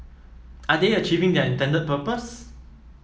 are they achieving their intended purpose